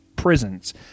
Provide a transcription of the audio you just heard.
prisons